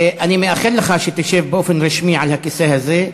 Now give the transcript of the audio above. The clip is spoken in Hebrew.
אני מאחל לך שתשב באופן רשמי על הכיסא הזה.